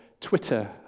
Twitter